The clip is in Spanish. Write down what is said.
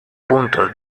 puntos